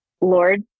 Lord